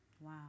Wow